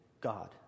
God